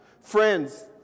Friends